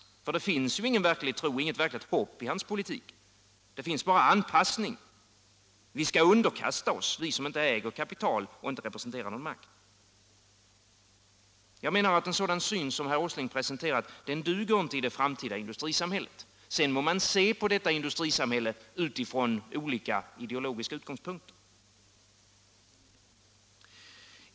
Det finns ingen tro, inget verkligt hopp i hans politik. Det finns bara anpassning. Vi skall underkasta oss, vi som inte äger kapital och inte representerar någon makt. En sådan syn som herr Åsling presenterat duger inte i det framtida industrisamhället. Sedan må man se på detta industrisamhälle utifrån olika ideologiska utgångspunkter.